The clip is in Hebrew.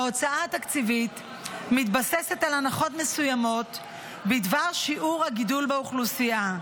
ההוצאה התקציבית מתבססת על הנחות מסוימות בדבר שיעור הגידול באוכלוסייה,